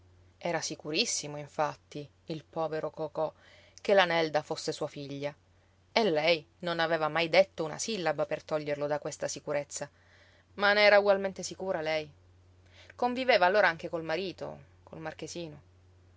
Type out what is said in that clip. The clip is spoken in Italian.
era sicurissimo infatti il povero cocò che la nelda fosse sua figlia e lei non aveva mai detto una sillaba per toglierlo da questa sicurezza ma ne era ugualmente sicura lei conviveva allora anche col marito col marchesino